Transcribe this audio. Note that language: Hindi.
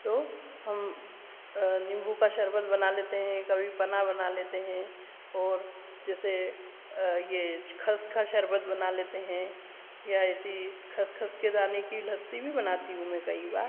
तो हम निम्बू का शरबत बना लेते हैं कभी पन्ना बना लेते हैं और जैसे यह खस का शरबत बना लेते हैं या ऐसी खसखस के दाने की लस्सी भी बनाती हूँ मैं कई बार